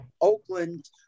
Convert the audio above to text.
Oakland